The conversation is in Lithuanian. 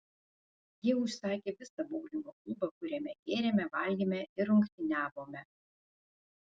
jie užsakė visą boulingo klubą kuriame gėrėme valgėme ir rungtyniavome